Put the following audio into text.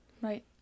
Right